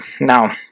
Now